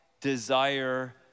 desire